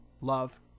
love